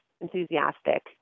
enthusiastic